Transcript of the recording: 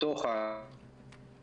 לגבי